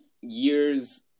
years